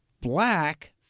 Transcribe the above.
black